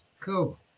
Cool